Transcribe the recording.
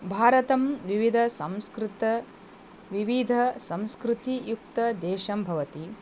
भारतं विविधाः संस्कृतयः विविधसंस्कृतियुक्तदेशं भवति